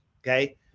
Okay